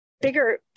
bigger